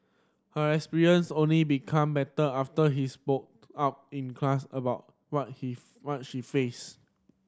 her experience only become better after he spoke up in class about what he what she faced